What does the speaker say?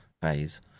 phase